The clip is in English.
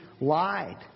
lied